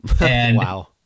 wow